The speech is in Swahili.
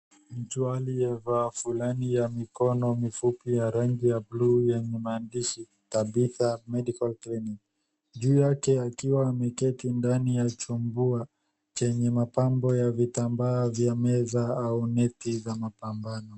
Mtu aliyevaa fulana ya mikono mifupi ya rangi ya buluu yenye maandishi, TABITHA MEDICAL CLINIC , juu yake akiwa ameketi ndani ya chumba chenye mapambo ya vitambaa vya meza au neti za mapambano.